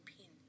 pin